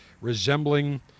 resembling